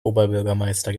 oberbürgermeister